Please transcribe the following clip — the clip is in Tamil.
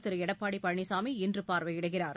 திருஎடப்பாடிபழனிசாமி இன்றுபார்வையிடுகிறார்